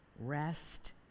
rest